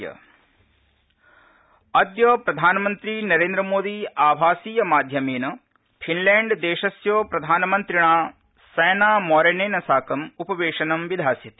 Finland अद्य प्रधानमन्त्री नरेन्द्रमोदी आभासीयमाध्यमेन फिनलैण्डदेशस्य प्रधानमन्त्रिणा सैनामॉरेनेन साकम् उपवेशनम् विधास्यति